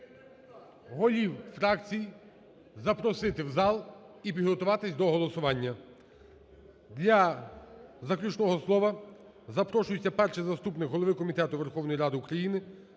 голів фракцій запросити в зал і підготуватись до голосування. Для заключного слова запрошується перший заступник голови Комітету Верховної Ради України